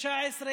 2019,